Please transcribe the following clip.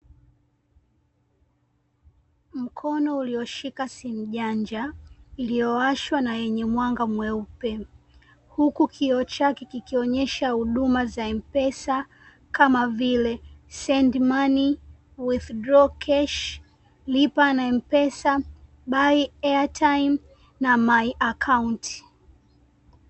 Mkono ulioshika simu janja iliyowashwa na yenye mwanga mweupe, huku kioo chake kikionyesha huduma za M-Pesa kama vile, "Send money", "Withdraw cash", "Lipa na M-Pesa", "Buy airtime" na "My account".